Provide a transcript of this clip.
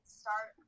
start